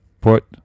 put